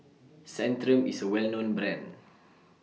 Centrum IS A Well known Brand